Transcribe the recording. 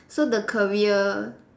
so the career